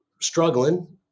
struggling